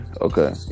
okay